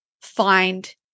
find